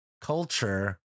culture